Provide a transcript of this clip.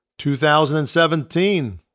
2017